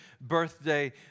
birthday